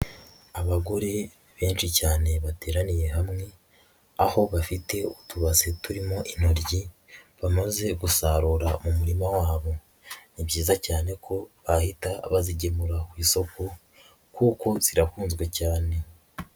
Abagore benshi cyane bateraniye hamwe, aho bafite utubase turimo intoryi bamaze gusarura mu murima wabo, ni byiza cyane ko bahita bazigemura ku isoko kuko zirakunzwe cyane.